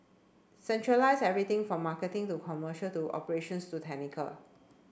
centralise everything from marketing to commercial to operations to technical